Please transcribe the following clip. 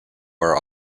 are